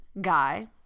guy